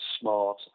smart